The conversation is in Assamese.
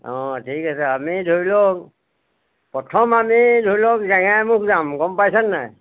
অঁ ঠিক আছে আমি ধৰি লওক প্ৰথম আমি ধৰি লওক জেংৰাইমুখ যাম গম পাইছে নাই